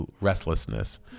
restlessness